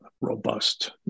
robust